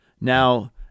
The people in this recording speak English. Now